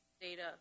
data